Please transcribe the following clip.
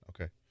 Okay